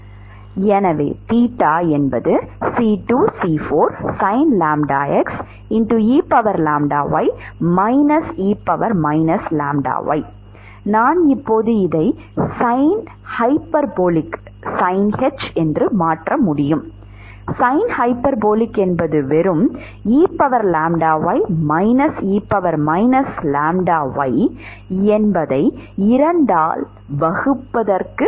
எனவே தீட்டாθC2C4sin λx eλy e λy நான் இப்போது இதை sin ஹைப்பர்போலிக் என்று மாற்ற முடியும் sin ஹைப்பர்போலிக் என்பது வெறும் eλy e λy என்பது 2 ஆல் வகுக்கப்படுகிறது